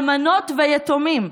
אלמנות ויתומים,